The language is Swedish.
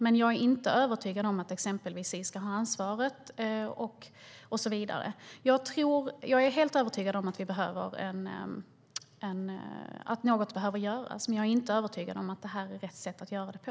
Men jag är inte övertygad om att exempelvis Statens institutionsstyrelse ska ha ansvaret och så vidare. Jag är helt övertygad om att något behöver göras. Men jag är inte övertygad om att detta är rätt sätt att göra det på.